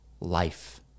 life